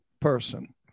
person